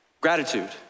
gratitude